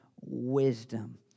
wisdom